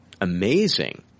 amazing